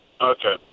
Okay